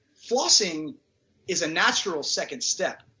flossing is a natural second step.